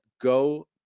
go